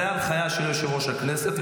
זו ההנחיה של יושב-ראש הכנסת,